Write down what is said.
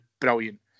brilliant